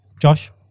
Josh